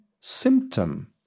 symptom